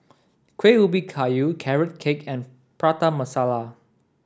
Kueh Ubi Kayu carrot cake and Prata Masala